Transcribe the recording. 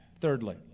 thirdly